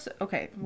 okay